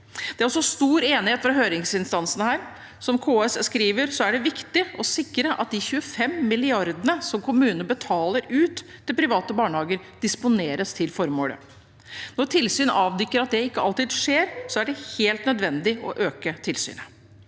Det er også stor enighet fra høringsinstansene. Som KS skriver, er det viktig å sikre at de 25 mrd. kr som kommunene betaler ut til private barnehager, disponeres til formålet. Når tilsyn avdekker at det ikke alltid skjer, er det helt nødvendig å øke tilsynet.